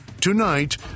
Tonight